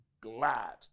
glad